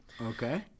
Okay